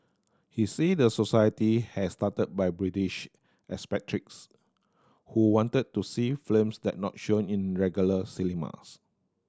he said the society has started by British expatriates who wanted to see films that not shown in regular cinemas